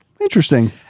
Interesting